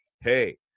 hey